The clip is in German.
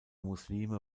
muslime